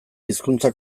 hizkuntza